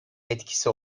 etkisi